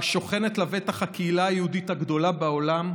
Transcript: שבה שוכנת לבטח הקהילה היהודית הגדולה בעולם,